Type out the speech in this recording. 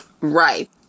Right